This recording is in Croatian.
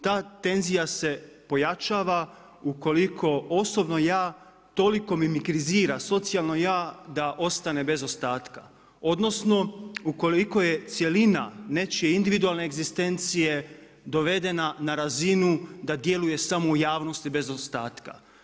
Ta tenzija se pojačava ukoliko osobno ja toliko mimikrizira socijalno ja da ostane bez ostatka, odnosno ukoliko je cjelina nečije individualne egzistencije dovedena na razinu da djeluje samo u javnosti bez ostatka.